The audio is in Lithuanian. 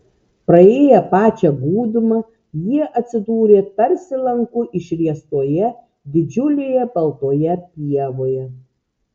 praėję pačią gūdumą jie atsidūrė tarsi lanku išriestoje didžiulėje baltoje pievoje